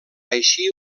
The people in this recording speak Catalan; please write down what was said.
així